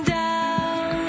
down